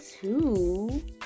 two